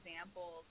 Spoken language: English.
examples